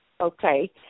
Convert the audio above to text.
okay